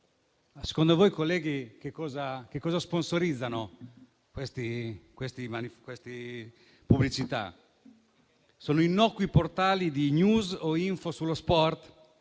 Secondo voi, colleghi, che cosa sponsorizzano queste pubblicità? Sono innocui portali di *news* o *info* sullo sport?